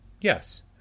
Yes